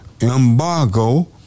embargo